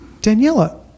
Daniela